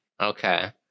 okay